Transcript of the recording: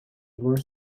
were